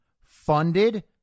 funded